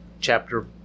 chapter